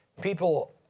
people